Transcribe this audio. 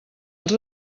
els